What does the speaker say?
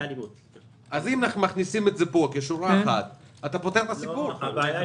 אם מכניסים את זה פה כשורה אחת זה פותר את הבעיה.